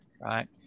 Right